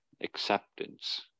acceptance